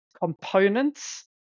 components